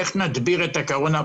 איך נדביר את הקורונה.